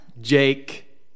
Jake